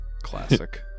classic